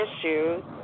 issues